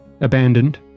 abandoned